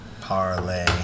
Parlay